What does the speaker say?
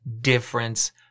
difference